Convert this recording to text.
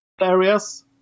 Areas